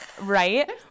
Right